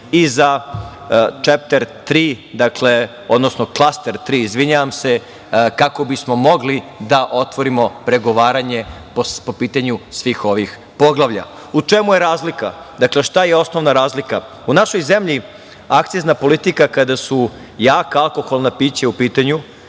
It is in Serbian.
16. porezi i za klaster tri, kako bismo mogli da otvorimo pregovaranje po pitanju svih ovih poglavlja.U čemu je razlika? Dakle šta je osnovna razlika? U našoj zemlji akcizna politika kada su jaka alkoholna pića u pitanju